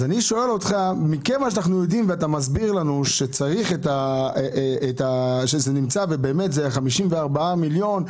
אני שואל אותך, ואתה מסביר לנו שאלה 54 מיליון,